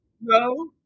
no